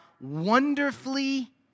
wonderfully